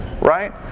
right